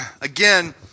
again